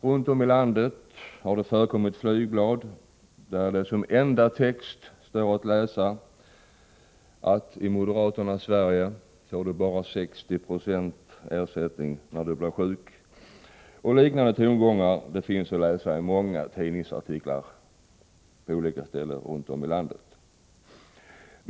Runt om i landet har det förekommit flygblad där det som enda text står att läsa: I moderaternas Sverige får du bara 60 90 i ersättning när du blir sjuk. Liknande tongångar finns i många tidningsartiklar på olika ställen i vårt land.